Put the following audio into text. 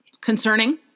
concerning